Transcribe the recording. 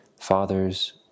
fathers